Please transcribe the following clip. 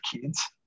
kids